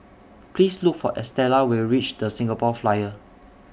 Please Look For Estella when YOU REACH The Singapore Flyer